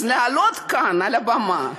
אז לעלות כאן על הבמה,